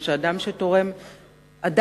לא,